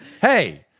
Hey